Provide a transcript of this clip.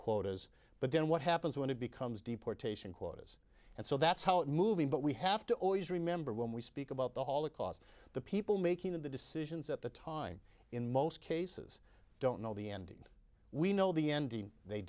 quotas but then what happens when it becomes deportation quotas and so that's how it moving but we have to always remember when we speak about the holocaust the people making the decisions at the time in most cases don't know the ending we know the ending they